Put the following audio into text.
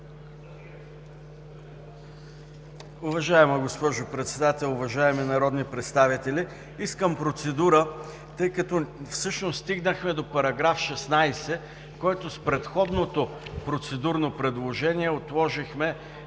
Уважаема госпожо Председател, уважаеми народни представители! Искам процедура, тъй като всъщност стигнахме до § 16, който с предходното процедурно предложение отложихме,